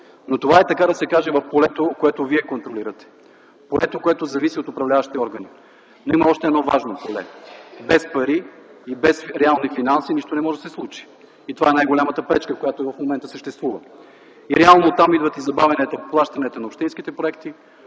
Но това, така да се каже, е в полето, което Вие контролирате, полето, което зависи от управляващия орган. Но има още едно важно поле – без пари и без реални финанси нищо не може да се случи, и това е най-голямата пречка, която и в момента съществува. Реално оттам идват забавянията по плащанията по общинските проекти,